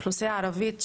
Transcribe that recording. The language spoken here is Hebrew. האוכלוסייה הערבית,